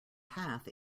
path